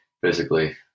physically